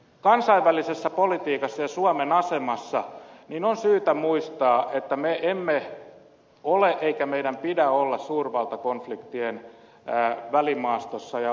kansainvälisessä politiikassa ja suomen asemassa on syytä muistaa että me emme ole eikä meidän pidä olla suurvaltakonfliktien välimaastossa ja osapuolena